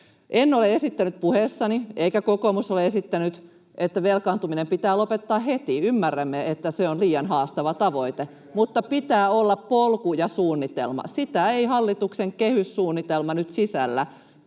En ole esittänyt puheessani eikä kokoomus ole esittänyt, että velkaantuminen pitää lopettaa heti. Ymmärrämme, että se on liian haastava tavoite, mutta pitää olla polku ja suunnitelma. Sitä ei hallituksen kehyssuunnitelma nyt sisällä.